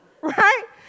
right